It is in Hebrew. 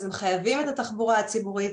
אז הם חייבים את התחבורה הציבורית.